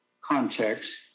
context